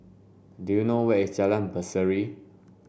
do you know where is Jalan Berseri